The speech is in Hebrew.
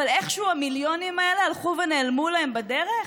אבל איכשהו המיליונים האלה הלכו ונעלמו להם בדרך.